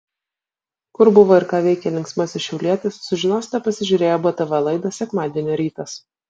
kur buvo ir ką veikė linksmasis šiaulietis sužinosite pasižiūrėję btv laidą sekmadienio rytas